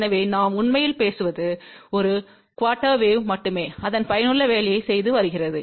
எனவே நாம் உண்மையில் பேசுவது ஒரு குஆர்டெர் வேவ் மட்டுமே அதன் பயனுள்ள வேலையைச் செய்து வருகிறது